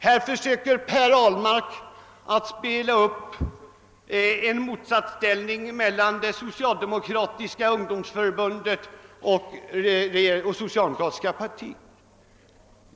Herr Ahlmark försöker driva fram en motsatsställning mellan det socialdemokratiska ungdomsförbundet och det socialdemokratiska partiet.